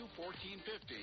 1450